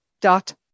dot